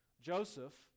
Joseph